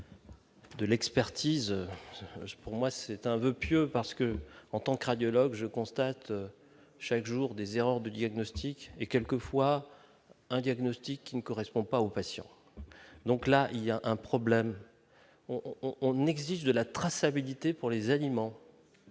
De l'expertise, pour moi c'est un voeu pieux parce que, en tant que radiologue je constate chaque jour, des erreurs de diagnostic et quelquefois un diagnostic qui ne correspond pas aux patients, donc là il y a un problème on on exige de la traçabilité pour les aliments